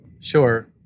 Sure